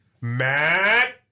Matt